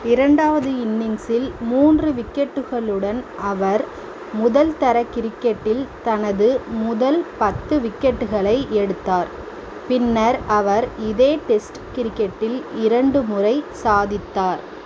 இரண்டாவது இன்னிங்ஸில் மூன்று விக்கெட்டுகளுடன் அவர் முதல் தர கிரிக்கெட்டில் தனது முதல் பத்து விக்கெட்டுகளை எடுத்தார் பின்னர் அவர் இதே டெஸ்ட் கிரிக்கெட்டில் இரண்டு முறை சாதித்தார்